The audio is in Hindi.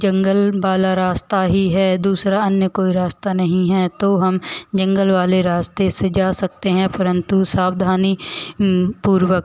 जंगल वाला रास्ता ही है दूसरा अन्य कोई रास्ता नहीं है तो हम जंगल वाले रास्ते से जा सकते हैं परंतु सावधानी पूर्वक